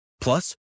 Plus